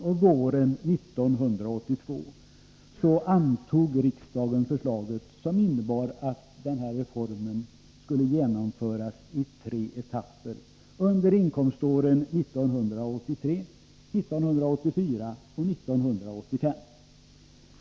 Under våren 1982 antog riksdagen förslaget, som innebar att reformen skulle genomföras i tre etapper under inkomståren 1983, 1984 och 1985.